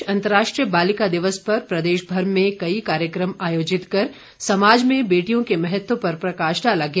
इस बीच अंतर्राष्ट्रीय बालिका दिवस पर प्रदेश भर में कई कार्यक्रम आयोजित कर समाज में बेटियों के महत्व पर प्रकाश डाला गया